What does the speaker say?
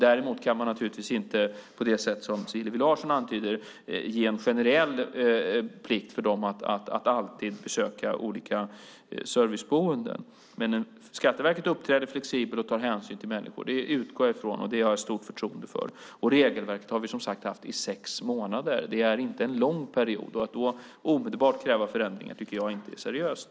Däremot kan man naturligtvis inte på det sätt som Hillevi Larsson antyder ge en generell plikt för det att alltid besöka olika serviceboenden. Men jag utgår från och har stort förtroende för att Skatteverket uppträder flexibelt och tar hänsyn till människor. Regelverket har varit i kraft i sex månader. Det är inte en lång period. Att då omedelbart kräva förändringar tycker jag inte är seriöst.